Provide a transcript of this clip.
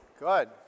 Good